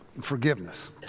forgiveness